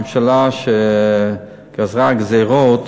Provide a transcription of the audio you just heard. הממשלה שגזרה גזירות